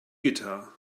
guitar